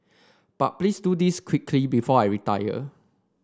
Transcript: but please do this quickly before I retire